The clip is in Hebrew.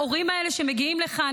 ההורים שמגיעים לכאן,